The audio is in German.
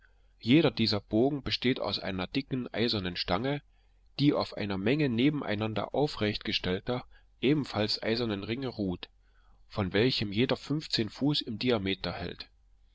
jeder dieser bogen besteht aus einer dicken eisernen stange die auf einer menge nebeneinander aufrecht gestellter ebenfalls eisernern ringe ruht von welchen jeder fünfzehn fuß im diameter hält